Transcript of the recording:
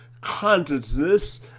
consciousness